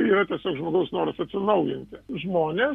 yra tiesiog žmogaus noras atsinaujinti žmonės